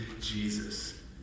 Jesus